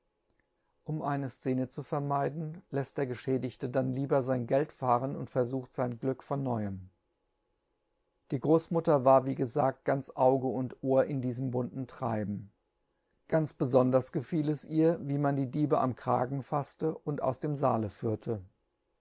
um eine sjene ju üermeiben läßt ber efchäbigte bann lieber fein elb fahren unb oerfurfjt fein lücf twn neuem die großmutter war wie gesagt ganz auge und ohr in biefem bunten treiben anj befonbers gefiel es ihr mie man bie diebe am kragen faßte unb aus bem saale führte